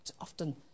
often